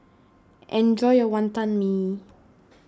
enjoy your Wantan Mee